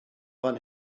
fan